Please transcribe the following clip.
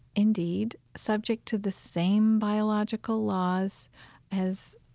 indeed, subject to the same biological laws as,